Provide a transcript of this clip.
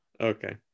okay